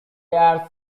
are